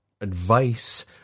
advice